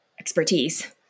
Expertise